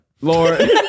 Lord